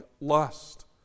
lust